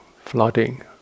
flooding